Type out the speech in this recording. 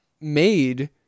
made